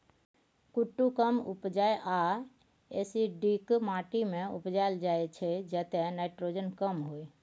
कुट्टू कम उपजाऊ आ एसिडिक माटि मे उपजाएल जाइ छै जतय नाइट्रोजन कम होइ